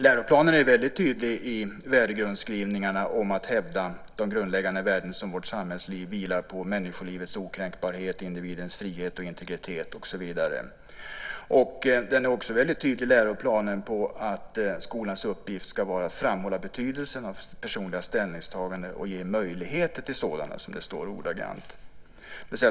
Läroplanen är väldigt tydlig i värdegrundsskrivningarna om att hävda de grundläggande värden som vårt samhällsliv vilar på, människolivets okränkbarhet, individens frihet och integritet och så vidare. Läroplanen är också väldigt tydlig med att skolans uppgift ska vara att framhålla betydelsen av personliga ställningstaganden och ge möjligheter till sådana, som det står ordagrant.